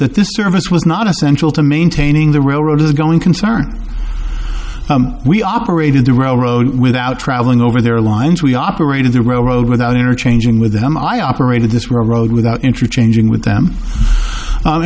that this service was not essential to maintaining the railroad is going concern we operated the railroad without traveling over their lines we operated the railroad without interchanging with them i operated this road without interchange in with them